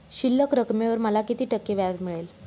शिल्लक रकमेवर मला किती टक्के व्याज मिळेल?